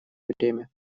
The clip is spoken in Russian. время